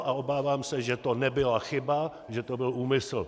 A obávám se, že to nebyla chyba, že to byl úmysl.